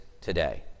today